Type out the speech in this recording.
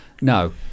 No